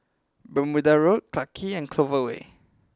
Bermuda Road Clarke Quay and Clover Way